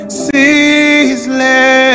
ceaseless